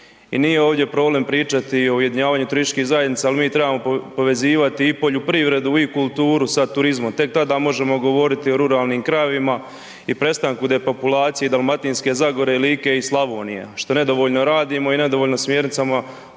nije ovdje problem pričati o ujedinjavanju turističkih zajednica, ali mi trebamo povezivati i poljoprivredu i kulturu sa turizmom, tek tada možemo govoriti o ruralnim krajevima i prestanku depopulacije Dalmatinske Zagore, Like i Slavonije i što nedovoljno radimo i nedovoljno smjernicama